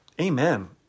amen